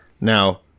Now